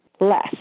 less